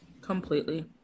completely